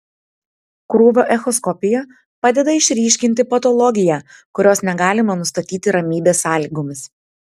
krūvio echoskopija padeda išryškinti patologiją kurios negalime nustatyti ramybės sąlygomis